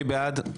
מי בעד?